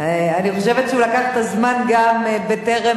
אני חושבת שהוא לקח את הזמן גם בטרם,